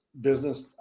business